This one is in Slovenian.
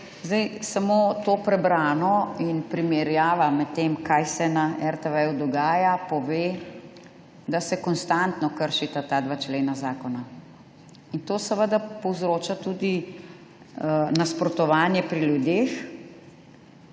Zdaj, samo to prebrano in primerjava med tem, kaj se na RTV dogaja, pove, da se konstantno kršita ta dva člena zakona. In to seveda povzroča tudi nasprotovanje pri ljudeh